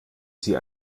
sie